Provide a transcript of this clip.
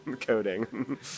coding